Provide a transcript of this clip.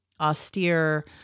austere